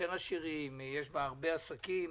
יותר עשירים, יש בה הרבה עסקים.